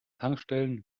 tankstellen